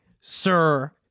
sir